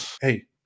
hey